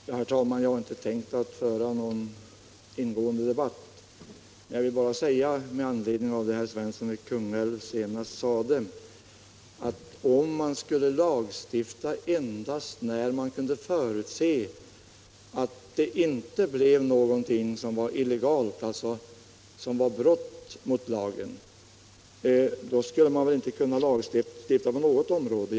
Herr talman! Jag har inte tänkt föra någon ingående debatt. Jag vill bara säga med anledning av det herr Svensson i Kungälv senast sade, att om man skulle lagstifta endast när man kunde förutse att det inte skulle förekomma några brott mot lagen, då skulle man inte kunna lagstifta på något område.